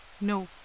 No